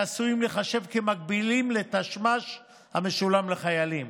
מה שעשויים להיחשב כמקבילים לתשמ"ש המשולם לחיילים,